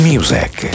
Music